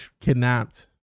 kidnapped